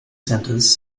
centers